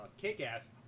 Kick-Ass